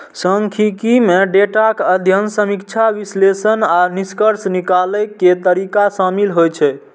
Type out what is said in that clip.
सांख्यिकी मे डेटाक अध्ययन, समीक्षा, विश्लेषण आ निष्कर्ष निकालै के तरीका शामिल होइ छै